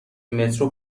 مترو